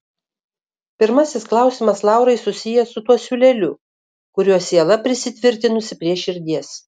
pirmasis klausimas laurai susijęs su tuo siūleliu kuriuo siela prisitvirtinusi prie širdies